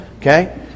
Okay